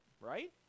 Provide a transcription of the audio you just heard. right